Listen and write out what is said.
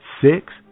Six